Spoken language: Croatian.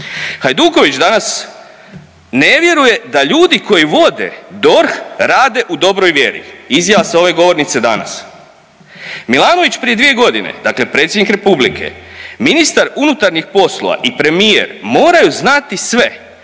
Hajduković danas ne vjeruje da ljudi koji vode DORH rade u dobroj vjeri, izjava s ove govornice danas. Milanović prije 2.g., dakle predsjednik republike, ministar unutarnjih poslova i premijer moraju znati sve